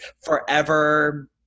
forever